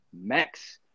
Max